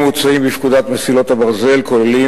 התיקונים המוצעים בפקודת מסילות הברזל כוללים